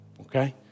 Okay